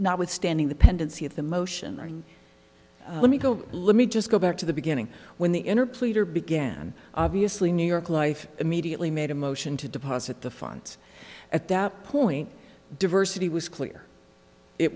notwithstanding the pendency of the motion let me go let me just go back to the beginning when the inner pleader began obviously new york life immediately made a motion to deposit the funds at that point diversity was clear it